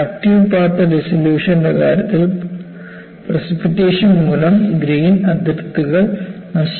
active path ഡിസൊലൂഷന്റെ കാര്യത്തിൽ precipitation മൂലം ഗ്രേൻ അതിരുകൾ നശിപ്പിക്കപ്പെടുന്നു